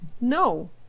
No